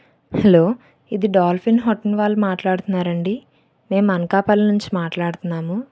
hello ఇది dolphin hotel వాళ్ళు మాట్లాడుతున్నారు అండి మేము అనకాపల్లి నుంచి మాట్లాడుతున్నాము